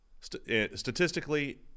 statistically